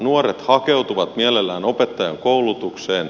nuoret hakeutuvat mielellään opettajankoulutukseen